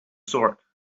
sort